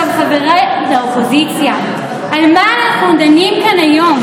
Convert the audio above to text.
חבריי לאופוזיציה, על מה אנחנו דנים כאן היום?